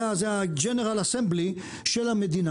זה ה-general assembly של המדינה,